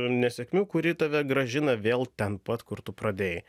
nesėkmių kuri tave grąžina vėl ten pat kur tu pradėjai